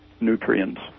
nutrients